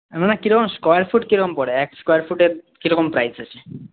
মানে কী রকম স্কোয়ার ফুট কী রকম পড়ে এক স্কোয়ার ফুটের কী রকম প্রাইজ আছে